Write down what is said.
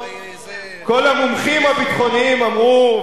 כל המומחים הביטחוניים אמרו,